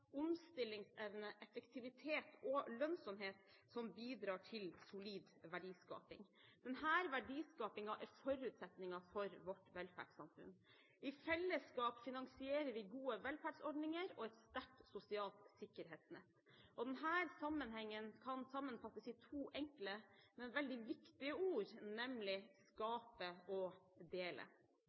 omstillingsevne, effektivitet og lønnsomhet som bidrar til solid verdiskaping. Denne verdiskapingen er forutsetningen for vårt velferdssamfunn. I fellesskap finansierer vi gode velferdsordninger og et sterkt sosialt sikkerhetsnett. Denne sammenhengen kan sammenfattes i to enkle, men veldig viktige ord: skape og dele.